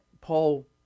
Paul